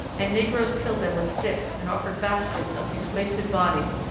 and negroes killed them with sticks and offered baskets of these wasted bodies,